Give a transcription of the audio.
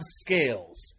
scales